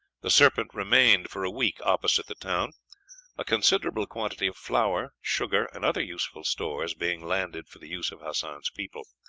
the serpent remained for a week opposite the town a considerable quantity of flour, sugar, and other useful stores being landed for the use of hassan's people.